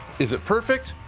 is it perfect?